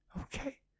okay